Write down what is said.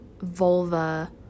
vulva